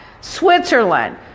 Switzerland